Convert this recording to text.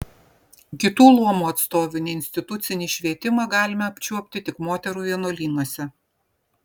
kitų luomų atstovių neinstitucinį švietimą galime apčiuopti tik moterų vienuolynuose